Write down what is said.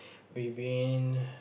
we been